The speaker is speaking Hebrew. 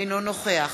אינו נוכח